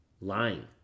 lying